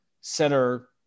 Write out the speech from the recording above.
center